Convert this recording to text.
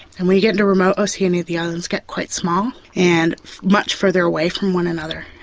and when you get into remote oceania the islands get quite small and much further away from one another.